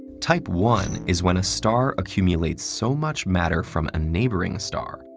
type one is when a star accumulates so much matter from a neighboring star,